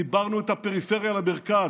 חיברנו את הפריפריה למרכז,